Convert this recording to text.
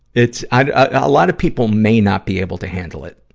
it's, a lot of people may not be able to handle it.